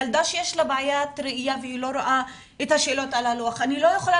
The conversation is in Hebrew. ילדה שיש לה בעיית ראיה ולא רואה את השאלות על הלוח אני לא יכולה